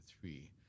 three